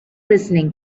listening